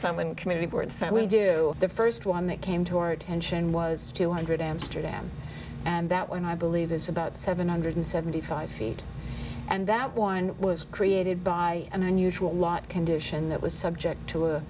from one community boards that we do the first one that came to our attention was two hundred amsterdam and that when i believe it's about seven hundred seventy five feet and that one was created by an unusual lot condition that was subject to